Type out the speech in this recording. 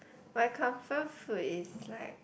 my comfort food is like